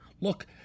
Look